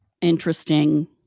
interesting